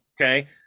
okay